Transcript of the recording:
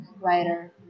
writer